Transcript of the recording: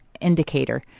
indicator